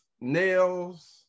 nails